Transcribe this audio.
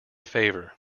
favor